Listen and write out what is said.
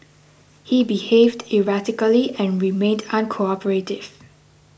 he behaved erratically and remained uncooperative